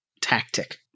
tactic